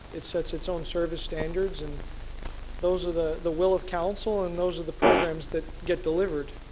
it sets its own service standards and those are the the will of council and those are the programs that get delivered.